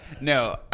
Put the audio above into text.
No